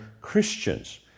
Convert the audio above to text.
Christians